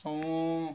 orh